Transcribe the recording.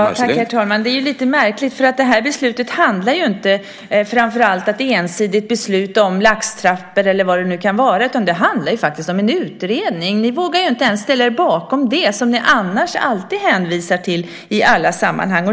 Herr talman! Det här är lite märkligt. Beslutet handlar nämligen inte främst om att ensidigt besluta om laxtrappor eller vad det nu kan vara, utan om en utredning. Ni vågar inte ens ställa er bakom det som ni annars alltid hänvisar till i alla andra sammanhang.